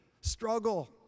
struggle